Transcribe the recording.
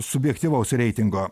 subjektyvaus reitingo